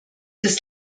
des